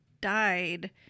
died